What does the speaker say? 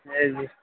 ہے جی